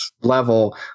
level